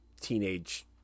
teenage